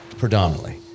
Predominantly